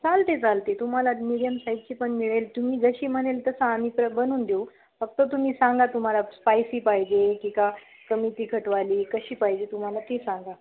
चालते चालते तुम्हाला मिडियम साईजची पण मिळेल तुम्ही जशी म्हणाल तसं आम्ही प्र बनवून देऊ फक्त तुम्ही सांगा तुम्हाला स्पायसी पाहिजे की का कमी तिखटवाली कशी पाहिजे तुम्हाला ती सांगा